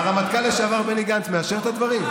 הרמטכ"ל לשעבר בני גנץ מאשר את הדברים?